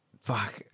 Fuck